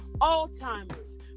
Alzheimer's